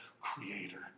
creator